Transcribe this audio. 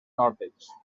nòrdics